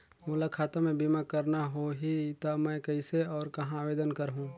मोला खाता मे बीमा करना होहि ता मैं कइसे और कहां आवेदन करहूं?